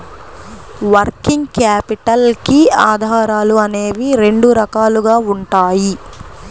working capital కి ఆధారాలు అనేవి రెండు రకాలుగా ఉంటాయి